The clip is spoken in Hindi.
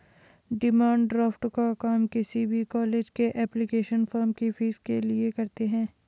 डिमांड ड्राफ्ट का काम किसी भी कॉलेज के एप्लीकेशन फॉर्म की फीस के लिए करते है